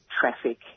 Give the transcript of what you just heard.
traffic